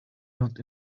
not